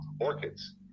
orchids